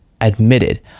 admitted